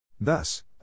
Thus